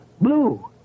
Blue